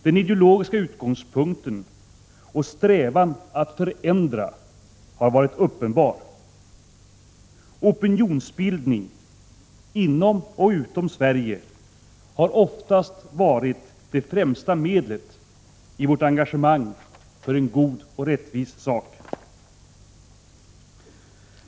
Den ideologiska utgångspunkten och strävan att förändra har varit uppenbar. Opinionsbildning inom och utom Sverige har oftast varit det främsta medlet i vårt engagemang för en god och rättvis sak.